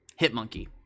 Hitmonkey